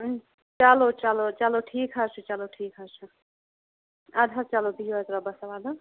چَلو چَلو چَلو ٹھیٖک حظ چھُ چَلو ٹھیٖک حظ چھُ اَدٕ حظ چَلو بِہِو حظ رۄبس حوال ہہ